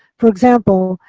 for example,